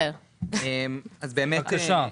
בבקשה.